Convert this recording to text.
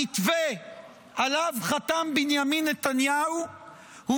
המתווה שעליו חתם בנימין נתניהו הוא